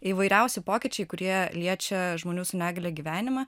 įvairiausi pokyčiai kurie liečia žmonių su negalia gyvenimą